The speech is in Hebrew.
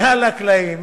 מעל הקלעים,